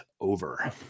over